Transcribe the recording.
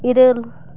ᱤᱨᱟᱹᱞ